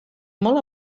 molt